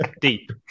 deep